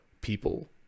people